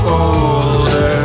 older